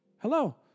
Hello